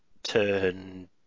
turn